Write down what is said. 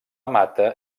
mata